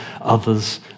others